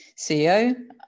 CEO